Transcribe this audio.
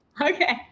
Okay